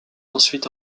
ensuite